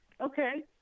Okay